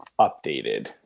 updated